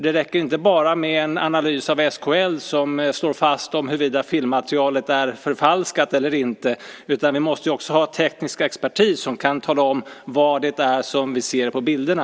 Det räcker inte med bara en analys av SKL, som slår fast huruvida filmmaterialet är förfalskat eller inte. Man måste ju också ha teknisk expertis som kan tala om vad det är som vi ser på bilderna.